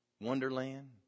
wonderland